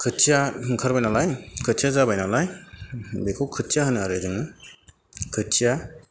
खोथिया ओंखारबाय नालाय खोथिया जाबाय नालाय बेखौ खोथिया होनो आरो जोङो खोथिया